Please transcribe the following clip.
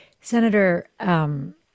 Senator